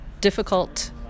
difficult